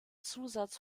zusatz